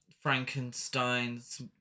frankenstein's